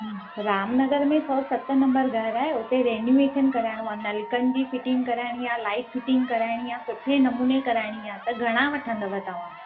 राम नगर में सौ सत नंबर घर आहे उते रेन्यूवेशन कराइणो आहे नलकनि जी फिटिंग कराइणी आहे लाइट फिटिंग कराइणी आहे सुठे नमूने कराइणी आहे त घणा वठंदव तव्हां